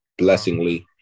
blessingly